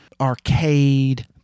arcade